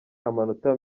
amanota